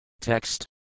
Text